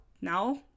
now